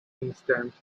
instance